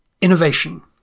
innovation